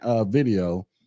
video